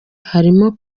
harimo